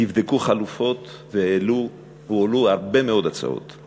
נבדקו חלופות והועלו הרבה מאוד הצעות.